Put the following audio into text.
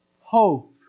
hope